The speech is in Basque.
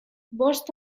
bost